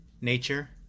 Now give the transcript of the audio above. nature